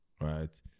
right